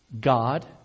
God